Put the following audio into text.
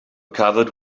covered